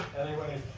anyway.